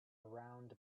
round